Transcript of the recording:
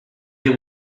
they